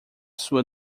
sua